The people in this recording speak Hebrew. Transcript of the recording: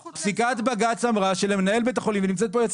פסיקת בג"צ אמרה שלמנהל בית החולים ונמצאת כאן היועצת